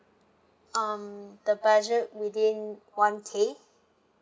um the budget within one K